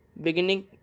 beginning